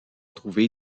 trouvé